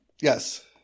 Yes